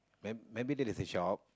may maybe that is a shop